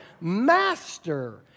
master